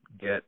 get